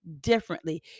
differently